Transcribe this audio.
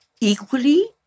Equally